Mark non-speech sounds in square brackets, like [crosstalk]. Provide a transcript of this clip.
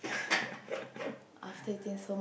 [laughs]